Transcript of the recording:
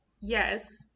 yes